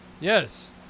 Yes